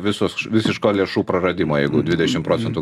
visus visiško lėšų praradimo jeigu dvidešim procentų